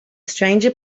stranger